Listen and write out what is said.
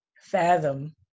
fathom